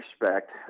respect